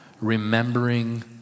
remembering